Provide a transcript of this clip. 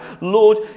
Lord